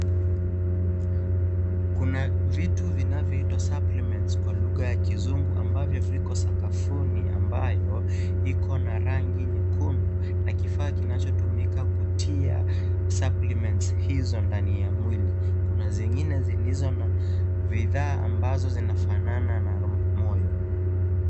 Kuna vitu vinavyoitwa (cs)suppliments (cs) kwa lugha ya kizungu ambavyo viko sakafuni ambayo iko na rangi nyekundu na kifaa kinachotumika kutia (cs)suppliments(cs) hizo ndani ya mwili. Kuna zingine zilizo na vifaa ambazo zinafanana na moyo.